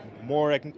more